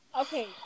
okay